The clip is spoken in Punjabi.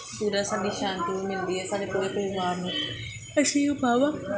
ਪੂਰਾ ਸਾਡੀ ਸ਼ਾਂਤੀ ਵੀ ਮਿਲਦੀ ਹੈ ਸਾਡੇ ਪੂਰੇ ਪਰਿਵਾਰ ਨੂੰ ਅਸੀਂ